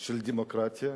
של דמוקרטיה,